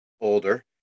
older